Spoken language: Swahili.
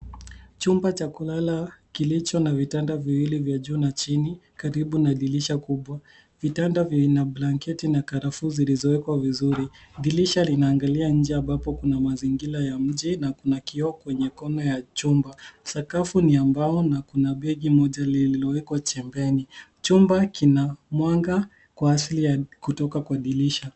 Chumba cha kulala kilicho na vitanda viwili vya juu na chini karibu na dirisha kubwa. vitandaa vina blanketi na karafu zilizowekwa vizuri. Dirisha linaangalia nje ambapo kuna mazingira ya nje na kuna kioo kwenye kona ya chuma. Sakafu ni ya mbao na kuna begi moja lenye limewekwa chembeni. Chumba kina mwanga wa asili ya kutoka kwa dirisha.